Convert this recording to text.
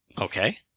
Okay